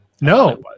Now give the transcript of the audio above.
No